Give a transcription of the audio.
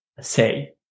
say